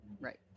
right